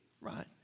right